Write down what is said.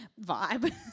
vibe